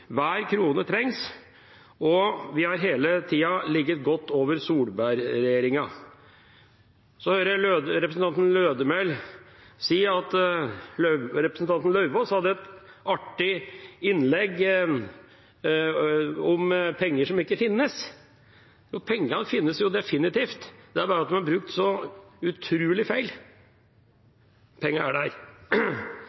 Hver krone trengs, og vi har hele tida ligget godt over Solberg-regjeringa. Så hører jeg representanten Lødemel si at representanten Lauvås hadde et artig innlegg om penger som ikke finnes. Jo, pengene finnes definitivt, det er bare at de er brukt så utrolig feil.